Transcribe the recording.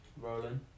Rolling